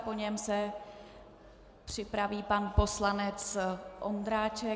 Po něm se připraví pan poslanec Ondráček.